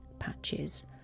patches